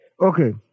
Okay